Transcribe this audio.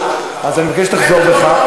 אז אני מבקש שתחזור בך.